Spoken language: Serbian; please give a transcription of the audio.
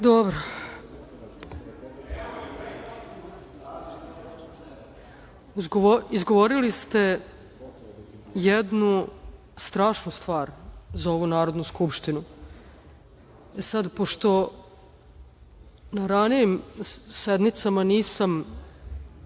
Dobro. Izgovorili ste jednu strašnu stvar za ovu Narodnu skupštinu. Sada, pošto na ranijim sednicama nisam